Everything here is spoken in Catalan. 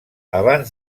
abans